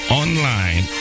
online